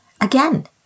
Again